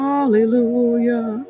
Hallelujah